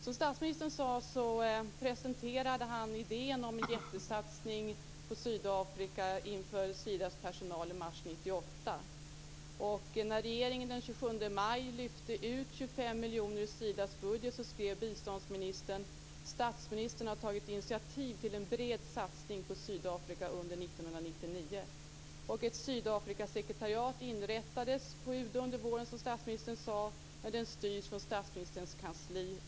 Som statsministern sade presenterade han idén om en jättesatsning på Sydafrika inför Sidas personal i mars 1998. När regeringen den 27 maj lyfte ut 25 Statsministern har tagit initiativ till en bred satsning på Sydafrika under 1999. Ett Sydafrikasekretariat inrättades på UD under våren, som statsministern sade, och det styrs från statsministerns kansli.